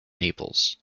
naples